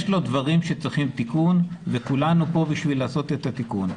יש לחוק דברים שצריכים תיקון וכולנו כאן כדי לעשות את התיקון.